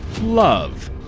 love